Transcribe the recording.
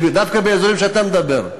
דווקא באזורים שאתה מדבר עליהם.